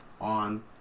on